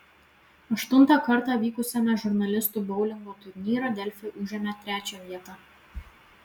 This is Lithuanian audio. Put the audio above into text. aštuntą kartą vykusiame žurnalistų boulingo turnyre delfi užėmė trečią vietą